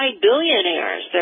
billionaires